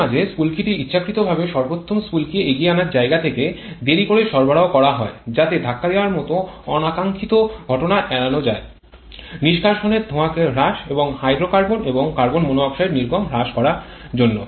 মাঝে মাঝে স্ফুলকিটি ইচ্ছাকৃতভাবে সর্বোত্তম স্ফুলকি এগিয়ে আনার জায়গা থেকে দেরি করে সরবরাহ করা হয় যাতে ধাক্কা দেওয়ার মতো অনাকাঙ্ক্ষিত ঘটনা এড়ানো যায় নিষ্কাশনের ধোঁয়াকে হ্রাস এবং হাইড্রোকার্বন এবং কার্বন মনোক্সাইডের নির্গমন হ্রাস করার জন্য